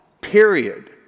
Period